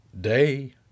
day